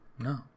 No